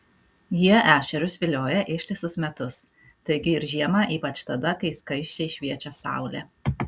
jie ešerius vilioja ištisus metus taigi ir žiemą ypač tada kai skaisčiai šviečia saulė